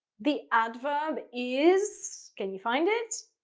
the adverb is, can you find it?